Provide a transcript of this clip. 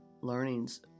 learnings